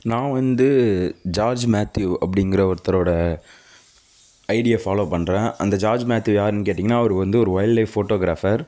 நான் வந்து George Matthew அப்படிங்கிற ஒருத்தரோட ஐடியை ஃபாலோ பண்ணுறேன் அந்த ஜார்ஜ் மேத்யூவ் யாருன்னு கேட்டிங்கனா அவரு வந்து ஒரு ஒயில்ட் லைஃப் ஃபோட்டோகிராஃபர்